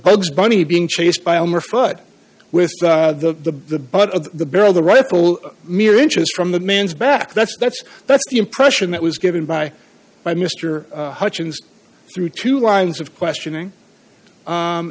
bugs bunny being chased by a foot with the the butt of the barrel the rifle mere inches from the man's back that's that's that's the impression that was given by by mr hutchens through two lines of questioning